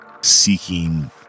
seeking